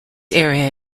area